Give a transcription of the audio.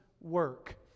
work